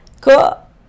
Cool